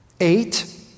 Eight